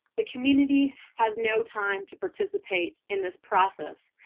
the community has no time to participate in this process.